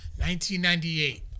1998